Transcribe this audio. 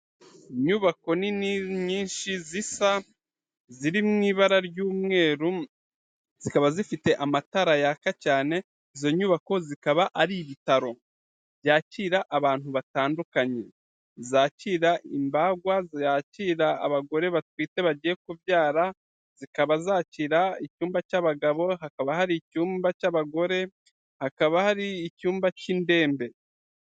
Inyubako nini, nyinshi, zisa, ziri mu ibara ry'umweru zikaba zifite amatara yaka cyane, izo nyubako zikaba ari ibitaro byakira abantu batandukanye, zakira imbagwa, zakira abagore batwite bagiye kubyara, zikaba zakira icyumba cy'abagabo, hakaba hari icyumba cy'abagore, hakaba hari icyumba cy'indembe.